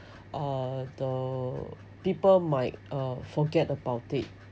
uh the people might uh forget about it